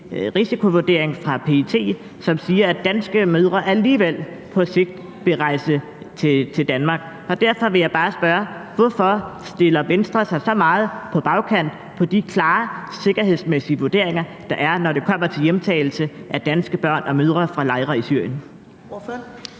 risikovurdering fra PET, som siger, at danske mødre alligevel på sigt vil rejse til Danmark. Derfor vil jeg bare spørge: Hvorfor stiller Venstre sig så meget på bagbenene i forhold til de meget klare sikkerhedsvurderinger, der er, når det kommer til hjemtagelse af danske børn og mødre fra lejre i Syrien?